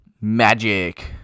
Magic